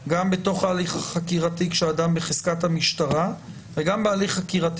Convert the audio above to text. גם בתוך ההליך החקירתי כאשר אדם בחזקת המשטרה וגם בהליך חקירתי